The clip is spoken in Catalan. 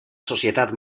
societat